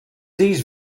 these